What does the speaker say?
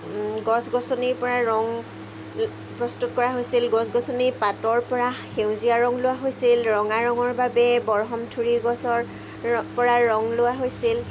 গছ গছনিৰ পৰা ৰং প্ৰস্তুত কৰা হৈছিল গছ গছনিৰ পাতৰ পৰা সেউজীয়া ৰং লোৱা হৈছিল ৰঙা ৰঙৰ বাবে বৰহমথুৰী গছৰ পৰা ৰং লোৱা হৈছিল